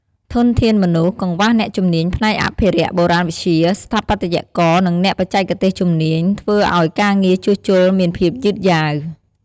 ធនធានមនុស្ស កង្វះអ្នកជំនាញផ្នែកអភិរក្សបុរាណវិទ្យា ស្ថាបត្យករ និងអ្នកបច្ចេកទេសជំនាញ ធ្វើឱ្យការងារជួសជុលមានភាពយឺតយ៉ាវ។